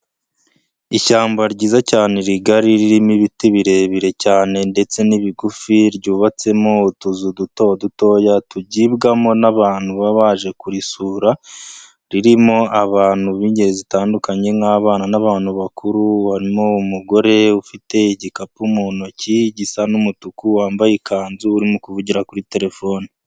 Ishyamba ryiza cyane rigari ririmo ibiti birebire cyane ndetse n'ibigufi ryubatsemo utuzu duto dutoya tugibwamo n'abantu baba baje kurisura, ririmo abantu b'ingeri zitandukanye nk'abana n'abantu bakuru, barimo umugore ufite igikapu mu ntoki gisa n'umutuku wambaye ikanzu urimo kuvugira kuri telefone.